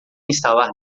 instalar